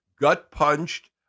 gut-punched